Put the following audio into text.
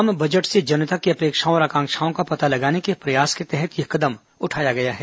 आम बजट से जनता की अपेक्षाओं और आकांक्षाओं का पता लगाने के प्रयास के तहत ये कदम उठाया गया है